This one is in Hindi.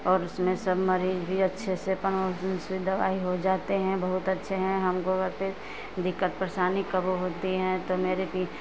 और उसमें सब मरीज भी सब अच्छे से अपन उसमें दवाई हो जाते हैं बहुत अच्छे हैं हम लोगों को दिक्कत परेशानी कबो होती हैं तो मेरे पी